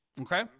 okay